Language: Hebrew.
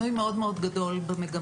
שינוי מאוד מאוד גדול במגמה.